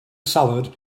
salad